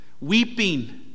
Weeping